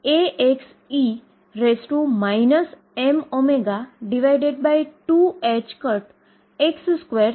તેથી શ્રોડિંજરSchrödinger સમીકરણ 22md2dx2VψEψ છે કે જેમા x એ 0 અને l વચ્ચે છે